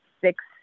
six